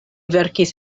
verkis